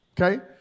okay